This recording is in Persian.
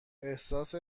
احساس